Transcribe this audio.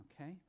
okay